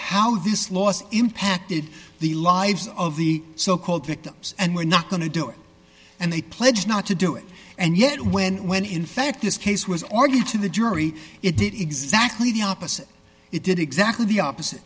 how this loss impacted the lives of so called victims and we're not going to do it and they pledged not to do it and yet when when in fact this case was argued to the jury it did exactly the opposite it did exactly the opposite